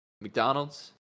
McDonald's